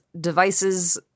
devices